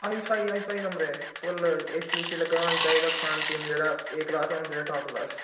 hi-fi hi fi कमरे full A C उसी लग्गा दा होना चाहिदा खान पीन जेह्ड़ा ए क्लास होना चाहिदा टॉप क्लास